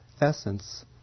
essence